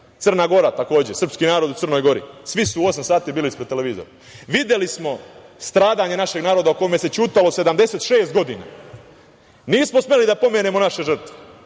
Crna Gora, srpski narod u Crnoj Gori. Svi su u osam sati bili ispred televizora. Videli smo stradanje našeg naroda o kome se ćutalo 76 godina. Nismo smeli da pomenemo naše žrtve,